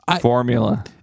formula